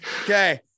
Okay